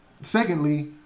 secondly